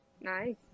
Nice